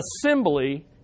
Assembly